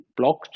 blockchain